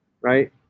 right